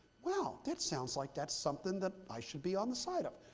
well, that sounds like that's something that i should be on the side off.